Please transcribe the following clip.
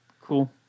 Cool